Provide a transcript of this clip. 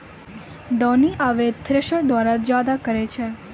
दौनी आबे थ्रेसर द्वारा जादा करै छै